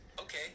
okay